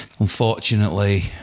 Unfortunately